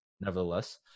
nevertheless